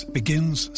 begins